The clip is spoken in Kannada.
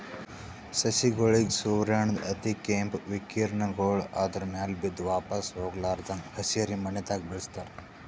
ಸಸಿಗೋಳಿಗ್ ಸೂರ್ಯನ್ದ್ ಅತಿಕೇಂಪ್ ವಿಕಿರಣಗೊಳ್ ಆದ್ರ ಮ್ಯಾಲ್ ಬಿದ್ದು ವಾಪಾಸ್ ಹೊಗ್ಲಾರದಂಗ್ ಹಸಿರಿಮನೆದಾಗ ಬೆಳಸ್ತಾರ್